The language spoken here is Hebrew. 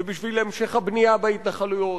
ובשביל המשך הבנייה בהתנחלויות,